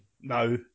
No